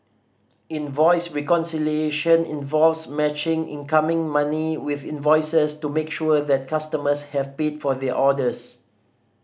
invoice reconciliation involves matching incoming money with invoices to make sure that customers have paid for their orders